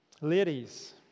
Ladies